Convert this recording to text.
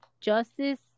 justice